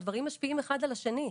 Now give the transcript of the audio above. הדברים משפיעים אחד על השני,